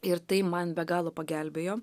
ir tai man be galo pagelbėjo